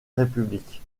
république